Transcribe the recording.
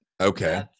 okay